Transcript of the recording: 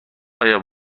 آیا